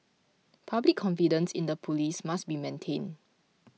public confidence in the police must be maintained